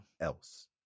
else